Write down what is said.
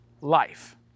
life